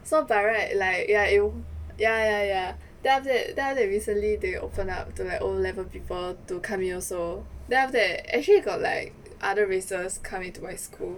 so by right like ya it'll ya ya ya then after that then after that recently they open up to like O level people to come in also then after that actually got like other races come into my school